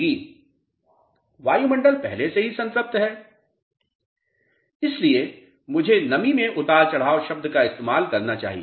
छात्र वायुमण्डल पहले से ही संतृप्त है इसलिए मुझे नमी में उतार चढ़ाव शब्द का इस्तेमाल करना चाहिए